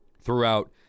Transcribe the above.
throughout